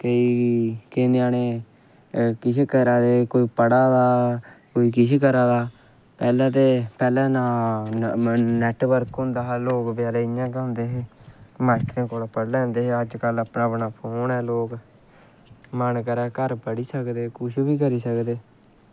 केईं ञ्यानें किश करा दे कोई पढ़ा दा कोई किश करा दा पैह्लैं ते नां नैटवर्क होंदा हा लोग इ'यां गै होंदे हे मास्टरें कोल पढ़ी लैंदे हे अजकल्ल अपना अपना फोन ऐ मन करा घर पढ़ी सकदे कुछ बी करी सकदे